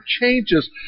changes